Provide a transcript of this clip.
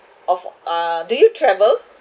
of uh do you travel